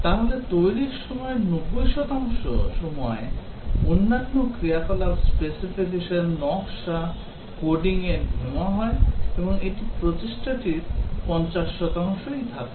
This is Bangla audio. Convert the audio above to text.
তাহলে তৈরির সময়ের 90 শতাংশ সময় অন্যান্য ক্রিয়াকলাপ স্পেসিফিকেশন নকশা কোডিংয়ে নেওয়া হয় এবং এটি প্রচেষ্টাটির 50 শতাংশই থাকে